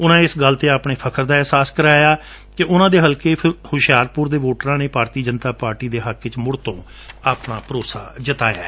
ਉਨੂਂ ਇਸ ਗੱਲ ਤੇ ਆਪਣੇ ਫਖਰ ਦਾ ਇਹਸਾਸ ਕਰਵਾਇਆ ਕਿ ਉਨੂਂ ਦੇ ਹਲਕੇ ਹੁਸ਼ਿਆਰਪੁਰ ਦੇ ਵੋਟਰਾਂ ਨੇ ਭਾਰਤੀ ਜਨਤਾ ਪਾਰਟੀ ਦੇ ਹੱਕ ਵਿਚ ਮੁੜ ਤੋਂ ਆਪਣਾ ਭਰੋਸਾ ਜਤਾਇਐ